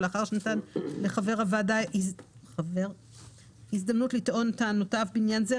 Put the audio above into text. ולאחר שנתן לחבר הוועדה הזדמנות לטעון את טענותיו לעניין זה,